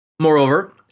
Moreover